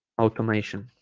automation